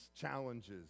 challenges